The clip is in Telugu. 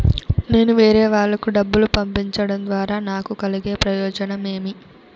నేను వేరేవాళ్లకు డబ్బులు పంపించడం ద్వారా నాకు కలిగే ప్రయోజనం ఏమి?